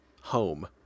home